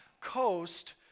coast